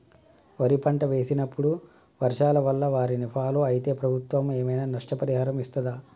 వరి పంట వేసినప్పుడు వర్షాల వల్ల వారిని ఫాలో అయితే ప్రభుత్వం ఏమైనా నష్టపరిహారం ఇస్తదా?